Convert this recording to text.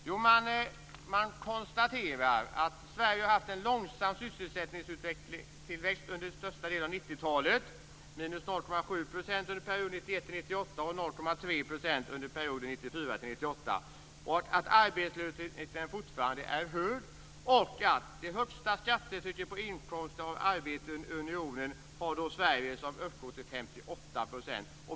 Jo, man konstaterar att Sverige har haft en långsam sysselsättningstillväxt under största delen av 90-talet: minus 0,7 % under perioden 1991-1998 och 0,3 % under perioden 1994 1998. Arbetslösheten är fortfarande hög, och Sverige har det högsta skattetrycket på inkomster av arbete i unionen, nämligen 58 %.